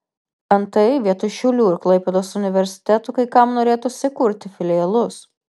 antai vietoj šiaulių ir klaipėdos universitetų kai kam norėtųsi kurti filialus